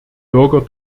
bürger